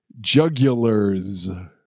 jugulars